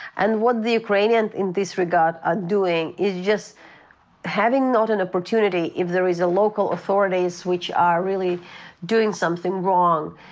and what the ukrainians in this regard are doing is just having not an opportunity if there is a local authorities which are really doing something wrong.